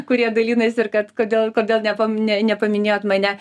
kurie dalinasi ir kad kodėl kodėl nep nepaminėjot mane